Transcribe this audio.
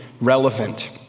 relevant